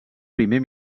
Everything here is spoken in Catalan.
primer